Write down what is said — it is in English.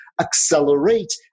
accelerate